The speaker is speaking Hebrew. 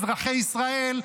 אזרחי ישראל,